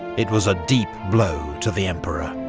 it was a deep blow to the emperor.